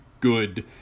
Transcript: good